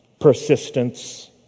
persistence